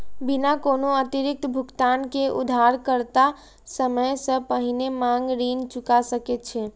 बिना कोनो अतिरिक्त भुगतान के उधारकर्ता समय सं पहिने मांग ऋण चुका सकै छै